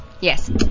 Yes